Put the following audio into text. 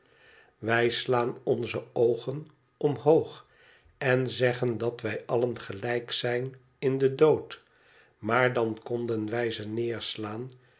wij slaan onze oogen omhoog en zeggen dat wij allen gelijk zijn in den dood maar dan konden wij ze neerslaan